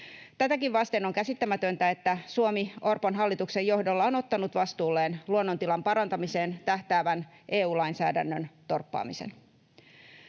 Tätäkin vasten on käsittämätöntä, että Suomi Orpon hallituksen johdolla on ottanut vastuulleen luonnontilan parantamiseen tähtäävän EU-lainsäädännön torppaamisen.